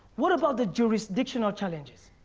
what about the jurisdictional challenges?